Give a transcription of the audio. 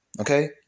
okay